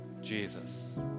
Jesus